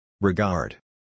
Regard